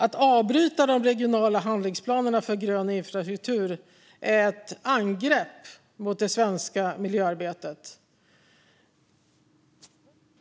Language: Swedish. Att avbryta de regionala handlingsplanerna för grön infrastruktur är ett angrepp mot det svenska miljöarbetet.